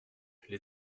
les